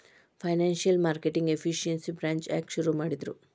Financial marketing efficiency branch ಯಾಕ್ ಶುರು ಮಾಡಿದ್ರು?